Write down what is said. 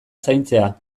zaintzea